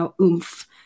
oomph